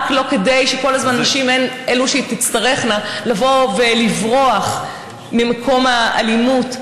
רק כדי שלא כל הזמן הנשים הן אלו שתצטרכנה לברוח ממקום האלימות,